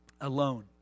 alone